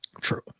True